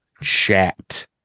chat